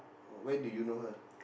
oh when did you know her